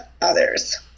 others